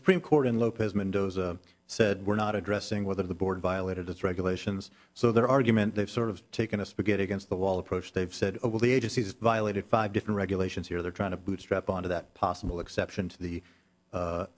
supreme court in lopez mendoza said we're not addressing whether the board violated its regulations so their argument they've sort of taken a spaghetti against the wall approach they've said all the agencies violated five different regulations here they're trying to bootstrap onto that possible exception to the